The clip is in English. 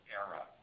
era